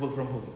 work from home